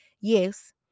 yes